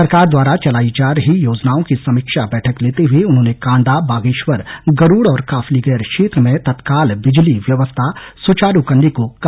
सरकार द्वारा चलाई जा रही योजनाओं की समीक्षा बैठक लेते हुए उन्होंने काण्डा बागेश्वर गरुड़ और काफलीगैर क्षेत्र में तत्काल बिजली व्यवस्था सुचारू करने को कहा